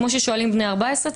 כמו ששואלים בני 14,